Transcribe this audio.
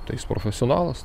tai jis profesionalas